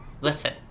Listen